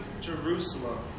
Jerusalem